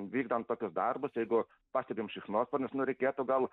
vykdant tokius darbus jeigu pastebim šikšnosparnius nu reikėtų gal